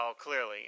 clearly